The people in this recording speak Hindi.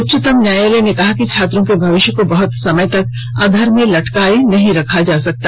उच्चतम न्यायालय ने कहा कि छात्रों के भविष्य को बहत समय तक अधर में लटकाए नहीं रखा जा सकता